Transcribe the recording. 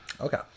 okay